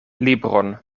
libron